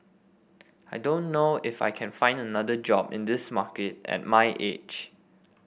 I don't know if I can find another job in this market at my age